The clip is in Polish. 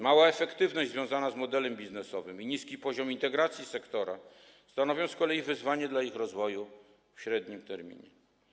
Mała efektywność związana z modelem biznesowym i niski poziom integracji sektora stanowią z kolei wyzwanie dla ich rozwoju w średnim terminie.